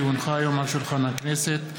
כי הונחה היום על שולחן הכנסת,